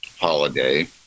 holiday